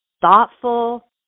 thoughtful